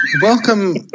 welcome